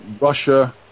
Russia